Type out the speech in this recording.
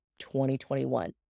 2021